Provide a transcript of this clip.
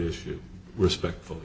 issue respectful